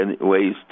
ways